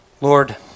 Lord